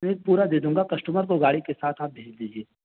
نہیں پورا دے دوں گا کشٹمر کو گاڑی کے ساتھ آپ بھیج دیجیے